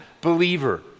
believer